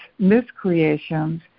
miscreations